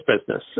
business